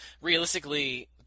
realistically